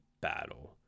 battle